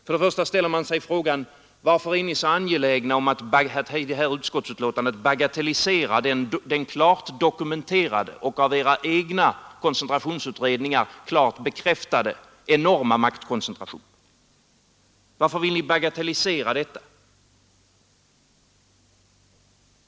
Först och främst ställer man sig frågan: Varför är ni så angelägna om att i det här utskottsbetänkandet bagatellisera den klart dokumenterade och av era egna koncentrationsutredningar klart bekräftade enorma maktkoncentrationen?